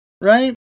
right